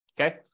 Okay